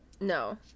No